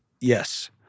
Yes